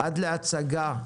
עד להצגה,